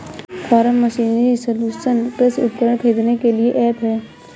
form machinery solution कृषि उपकरण खरीदने के लिए ऐप है